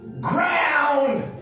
ground